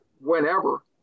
whenever